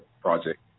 project